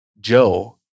Joe